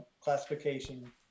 classification